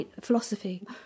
philosophy